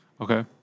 Okay